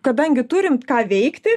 kadangi turim ką veikti